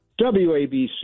WABC